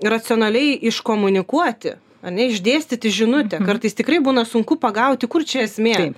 racionaliai iškomunikuoti ar ne išdėstyti žinutę kartais tikrai būna sunku pagauti kur čia esmė